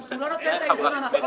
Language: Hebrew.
הוא לא נותן את האיזון הנכון.